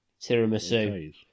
tiramisu